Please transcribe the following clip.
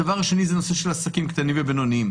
דבר שני זה הנושא של עסקים קטנים ובינוניים.